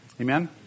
Amen